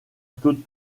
claude